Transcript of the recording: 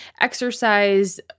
exercise